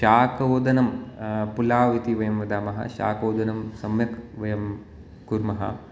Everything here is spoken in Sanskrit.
शाकोदनं पुलाव् इति वयं वदामः शाकोदनं सम्यक् वयं कुर्मः